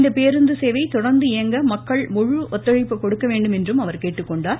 இந்த பேருந்து சேவை தொடர்ந்து இயங்க மக்கள் முழு ஒத்துழைப்பு கொடுக்க வேண்டும் என்றும் அவர் கேட்டுக்கொண்டார்